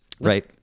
right